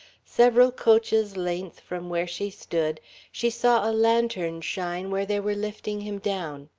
several coaches' length from where she stood she saw a lantern shine where they were lifting him down.